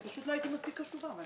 פשוט לא הייתי מספיק קשובה.